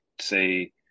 say